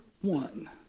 one